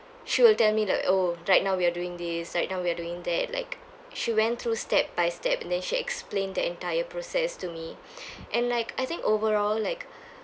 she will tell me like oh right now we are doing this right now we're doing that like she went through step by step and then she explained the entire process to me and like I think overall like